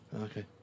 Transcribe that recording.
Okay